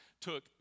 took